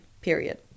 period